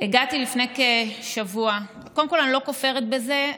הגעתי לפני כשבוע, קודם כול, אני לא כופרת בזה.